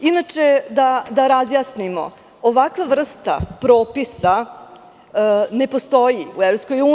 Inače, da razjasnimo, ovakva vrsta propisa ne postoji u EU.